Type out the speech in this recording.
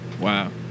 Wow